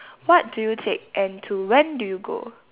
what do you take and to when do you go